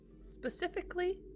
Specifically